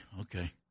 okay